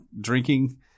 drinking